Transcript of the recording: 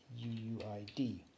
uuid